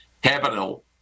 capital